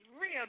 Real